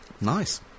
Nice